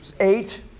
eight